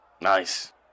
Nice